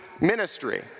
ministry